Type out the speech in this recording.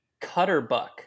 cutterbuck